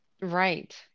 Right